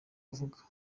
avuga